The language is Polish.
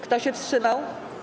Kto się wstrzymał?